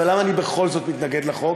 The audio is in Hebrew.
אבל למה אני בכל זאת מתנגד לחוק?